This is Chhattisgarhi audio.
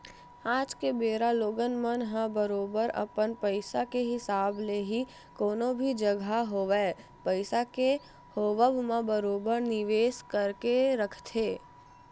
आज के बेरा लोगन मन ह बरोबर अपन पइसा के हिसाब ले ही कोनो भी जघा होवय पइसा के होवब म बरोबर निवेस करके रखथे